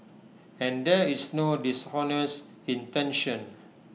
and there is no dishonest intention